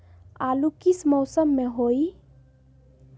आलू किस मौसम में होई?